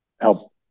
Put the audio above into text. help